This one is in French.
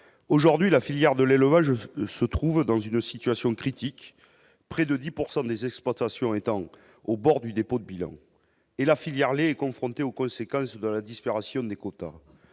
aujourd'hui la filière de l'élevage se trouve dans une situation critique, près de 10 pourcent des exportations étant au bord du dépôt de bilan et la filière les confrontés aux conséquences de la disparation des quotas